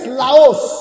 laos